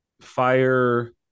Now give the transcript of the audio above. fire